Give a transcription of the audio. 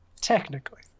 technically